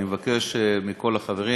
אני מבקש מכל החברים